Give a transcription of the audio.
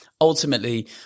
Ultimately